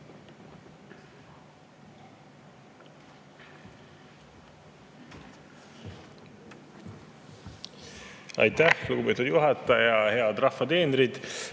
Aitäh, lugupeetud juhataja! Head rahva teenrid!